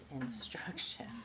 instruction